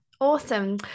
Awesome